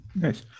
Nice